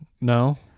No